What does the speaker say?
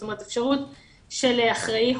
זאת אומרת אפשרות של אחראי,